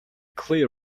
clear